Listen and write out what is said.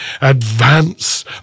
advance